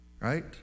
Right